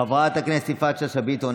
חברת הכנסת יפעת שאשא ביטון,